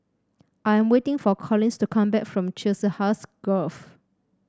I am waiting for Collins to come back from Chiselhurst Grove